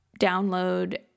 download